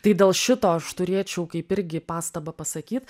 tai dėl šito aš turėčiau kaip irgi pastabą pasakyt